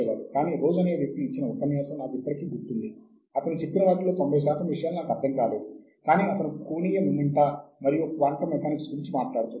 అదేవిధంగాఏదైనా journal ని మనం సూచించదలిస్తే దానికి ISSN సంఖ్య ఉండాలి